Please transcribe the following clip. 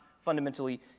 fundamentally